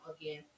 Again